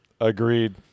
Agreed